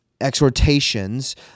exhortations